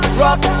rock